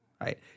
Right